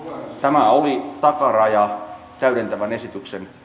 tämä oli takaraja täydentävän